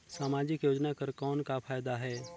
समाजिक योजना कर कौन का फायदा है?